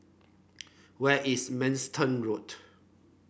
where is Manston Road